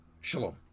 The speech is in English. Shalom